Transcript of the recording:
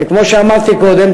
וכמו שאמרתי קודם,